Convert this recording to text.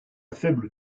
faible